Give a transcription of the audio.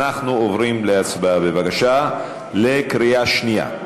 אנחנו עוברים להצבעה, בבקשה, בקריאה שנייה.